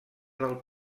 del